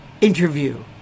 interview